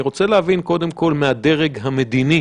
אני רוצה להבין קודם כול מהדרג המדיני